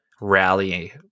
rally